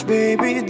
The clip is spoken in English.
Baby